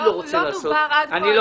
אני לא רוצה לעשות את זה.